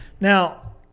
Now